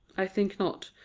i think not.